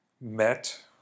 met